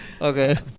Okay